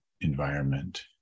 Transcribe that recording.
environment